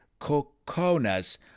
Coconas